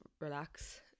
relax